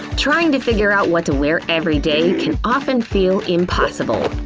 trying to figure out what to wear everyday can often feel impossible.